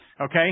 Okay